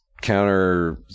counter